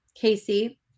Casey